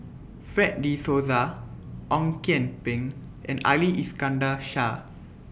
Fred De Souza Ong Kian Peng and Ali Iskandar Shah